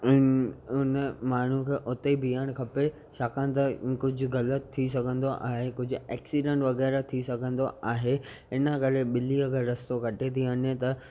उन उन माण्हू खे उते ॿीहणु खपे छाकाणि त कुझु ग़लति थी सघंदो आहे कुझु एक्सीडेंट वग़ैराह थी सघंदो आहे हिन करे ॿिली अगरि रस्तो कटे थी वञे त